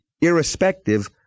irrespective